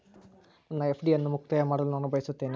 ನನ್ನ ಎಫ್.ಡಿ ಅನ್ನು ಮುಕ್ತಾಯ ಮಾಡಲು ನಾನು ಬಯಸುತ್ತೇನೆ